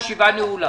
הישיבה נעולה.